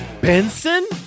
Benson